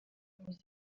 ubuvuzi